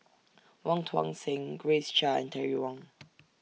Wong Tuang Seng Grace Chia and Terry Wong